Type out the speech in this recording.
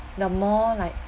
the more like